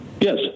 Yes